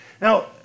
Now